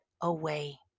away